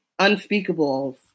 unspeakables